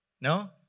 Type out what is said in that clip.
No